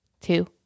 two